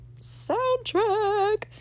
Soundtrack